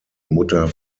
mutter